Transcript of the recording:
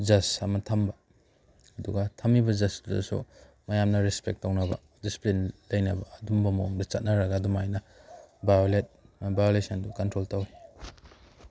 just ꯑꯃ ꯊꯝꯕ ꯑꯗꯨꯒ ꯊꯝꯃꯤꯕ ꯖꯁꯇꯨꯗꯁꯨ ꯃꯌꯥꯝꯅ ꯔꯦꯁꯄꯦꯛ ꯇꯧꯅꯕ ꯗꯤꯁꯤꯄ꯭ꯂꯤꯟ ꯂꯩꯅꯕ ꯑꯗꯨꯝꯕ ꯃꯑꯣꯡꯗ ꯆꯠꯅꯔꯒ ꯑꯗꯨꯃꯥꯏꯅ ꯚꯥꯏꯌꯣꯂꯦꯠ ꯚꯥꯏꯌꯣꯂꯦꯁꯟꯗꯨ ꯀꯟꯇ꯭ꯔꯣꯜ ꯇꯧꯋꯤ